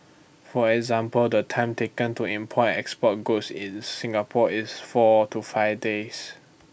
for example the time taken to import export goods in Singapore is four to five days